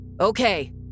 okay